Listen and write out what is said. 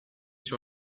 sur